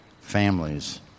families